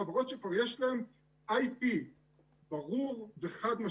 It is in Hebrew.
חברות שכבר יש להם IT ברור וחד-משמעי,